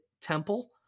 temple